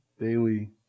Daily